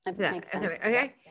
Okay